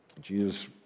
Jesus